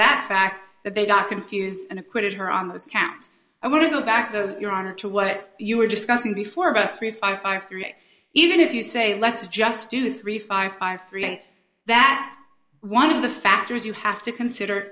that fact that they don't confuse and acquitted her on those counts i want to go back to your honor to what you were discussing before about a free fall five three even if you say let's just do three five five three and that one of the factors you have to consider